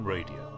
Radio